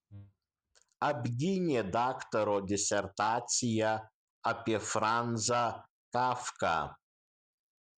apgynė daktaro disertaciją apie franzą kafką